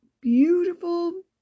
beautiful